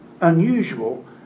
unusual